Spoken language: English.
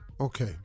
Okay